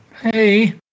Hey